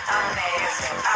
amazing